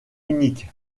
unique